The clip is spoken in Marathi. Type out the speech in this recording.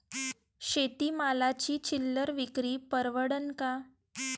शेती मालाची चिल्लर विक्री परवडन का?